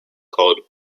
called